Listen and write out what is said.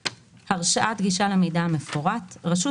"הרשאת גישה למידע המפורט 36. רשות